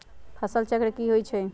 फसल चक्र की होइ छई?